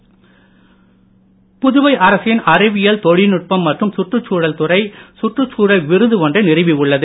புதுவை விருது புதுவை அரசின் அறிவியல் தொழில்நுட்பம் மற்றும் சுற்றுச்சூழல் துறை சுற்றுச்சூழல் விருது ஒன்றை நிறுவி உள்ளது